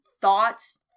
thoughts